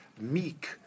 meek